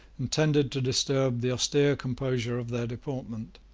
and tended to disturb the austere composure of their deportment.